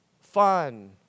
fun